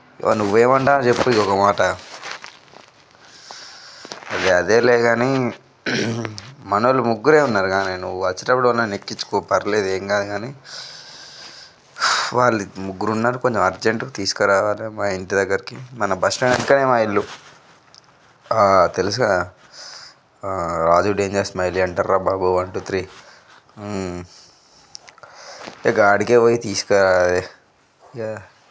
ఇగో నువ్వు ఏమంటావు చెప్పు ఇగో ఒక మాట అది అదేలే కానీ మన వాళ్ళు ముగ్గురే ఉన్నారు నువ్వు వచ్చేటప్పుడు నన్ను ఎక్కించుకో పర్లేదు ఏం కాదు కానీ వాళ్ళు ముగ్గురు ఉన్నారు కొంచెం అర్జెంట్ తీసుకురా మా ఇంటి దగ్గరికి మన బస్ స్టాండ్ దగ్గర మా ఇల్లు తెలుసు కదా రాజు డేంజర్ స్మైలీ అంటారు రాంబాబు వన్ టూ త్రీ ఇంక ఆడికే పోయి తీసుకారా